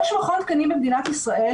יש מכון תקנים במדינת ישראל,